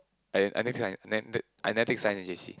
I never take science I never take science in J_C